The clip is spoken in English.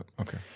Okay